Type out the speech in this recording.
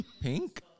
pink